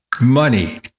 money